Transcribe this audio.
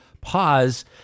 pause